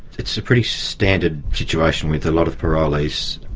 it's a pretty standard situation with a lot of parolees.